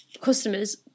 customers